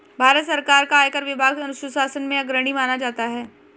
भारत सरकार का आयकर विभाग सुशासन में अग्रणी माना जाता है